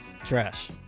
Trash